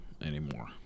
anymore